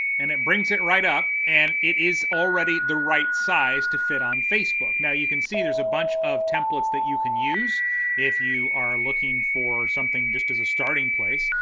and it brings it right up and it is already the right size to fit on facebook. now you can see there's a bunch of templates that you can use if you are looking for something just as a starting place.